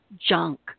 junk